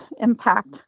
impact